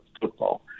football